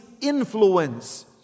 influence